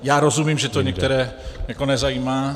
Já rozumím, že to některé nezajímá.